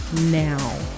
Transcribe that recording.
now